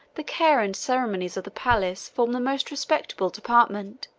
the care and ceremonies of the palace form the most respectable department.